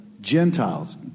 Gentiles